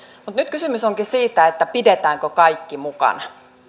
mutta nyt kysymys onkin siitä pidetäänkö kaikki mukana